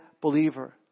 believer